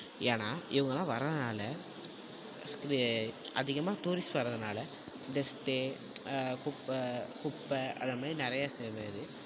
ஏன்னா இவங்கள்லாம் வர்றனால இது அதிகமாக டூரிஸ்ட் வர்றதனால டஸ்ட்டு குப்பை குப்பை அதை மாதிரி நிறைய இத மேரி